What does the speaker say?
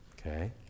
Okay